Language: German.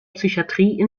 psychiatrie